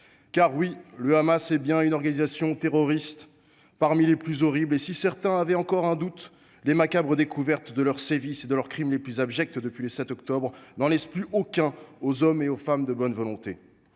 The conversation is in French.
Oui, le Hamas est bien une organisation terroriste, parmi les plus horribles du genre. Si certaines personnes avaient encore un doute à ce sujet, les macabres découvertes de leurs sévices et de leurs crimes les plus abjects faites depuis le 7 octobre n’en laissent plus aucun aux hommes et aux femmes de bonne volonté.